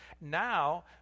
now